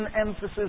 Emphasis